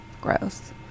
Gross